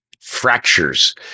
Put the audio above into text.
fractures